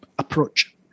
approach